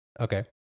Okay